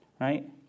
right